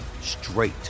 straight